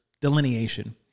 delineation